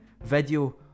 video